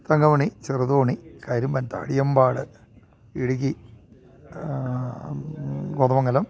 Thankamani Cheruthoni Karimpantha Adiyampad Idukki Kothamangalam